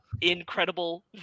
Incredible